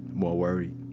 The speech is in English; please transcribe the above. more worried